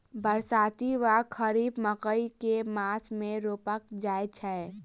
बरसाती वा खरीफ मकई केँ मास मे रोपल जाय छैय?